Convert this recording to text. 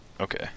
Okay